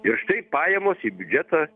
ir štai pajamos į biudžetą